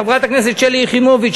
חברת הכנסת שלי יחימוביץ,